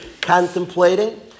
contemplating